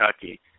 Kentucky